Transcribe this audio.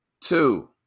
Two